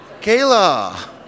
Kayla